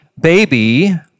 baby